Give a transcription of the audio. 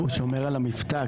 מתי תבוא החברה הגדולה,